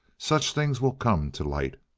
such things will come to light.